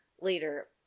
later